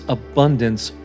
abundance